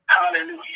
Hallelujah